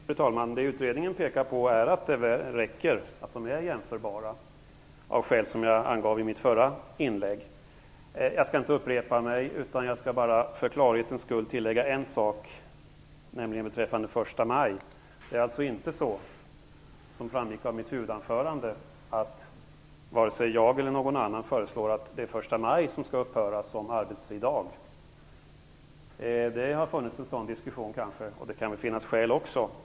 Fru talman! Utredningen pekar på att det räcker och att de är jämförbara av skäl som jag angav i mitt förra inlägg. Jag skall inte upprepa mig. För klarhetens skull vill jag bara tillägga en sak beträffande första maj. Det är inte så att jag eller någon annan föreslår att det är första maj som skall upphöra som arbetsfri dag. Det framgick också av mitt huvudanföranden. Det har kanske funnits en sådan diskussion, och det kan väl finnas skäl för det också.